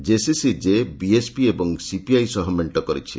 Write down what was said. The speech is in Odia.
ଜେସିସି ଜେ ବିଏସ୍ପି ଓ ସିପିଆଇ ସହ ମେଣ୍ଟ କରିଛି